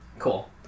Cool